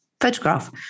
photograph